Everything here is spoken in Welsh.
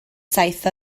saith